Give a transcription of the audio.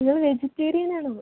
നിങ്ങൾ വെജിറ്റേറിയൻ ആണോ